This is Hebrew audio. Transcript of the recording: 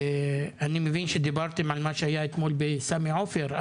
אני מבין שדיברתם על מה שהיה אתמול בסמי עופר,